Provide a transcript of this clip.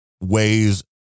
ways